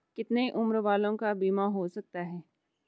कितने उम्र वालों का बीमा हो सकता है?